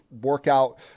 workout